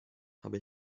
habe